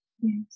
yes